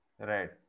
Right